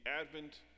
advent